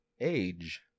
age